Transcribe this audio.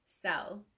sell